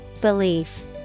Belief